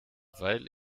weil